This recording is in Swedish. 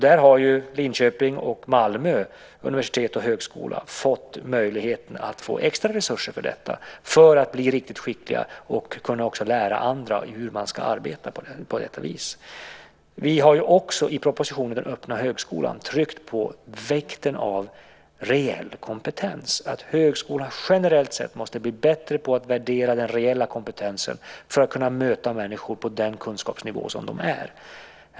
Där har Linköping och Malmö universitet och högskola fått möjligheten att få extra resurser för detta, för att bli riktigt skickliga och kunna lära andra hur man ska arbeta på detta vis. Vi har i propositionen Öppna högskolan tryckt på vikten av reell kompetens, att högskolan generellt sett måste bli bättre på att värdera den reella kompetensen för att kunna möta människor på den kunskapsnivå där de är.